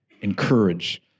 encourage